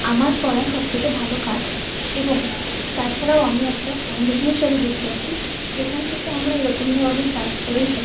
আমার করা সবথেকে ভালো কাজ এবং তাছাড়াও আমি একটা ফাউন্ডেশনের সাথে যুক্ত আছি যেখান থেকে আমরা এরকম ধরনের কাজ করেই থাকি